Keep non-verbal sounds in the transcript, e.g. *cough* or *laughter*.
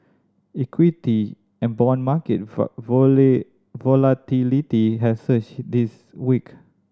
equity and bond market *unintelligible* volatility has surged this week